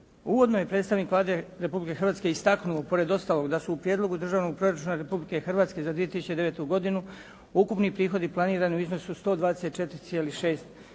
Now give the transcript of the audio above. Uvodno je predstavnik Vlade Republike Hrvatske istaknuo pored ostalog da su u Prijedlogu državnog proračuna Republike Hrvatske za 2009. godinu ukupni prihodi planirani u iznosu od 124,6